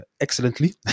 excellently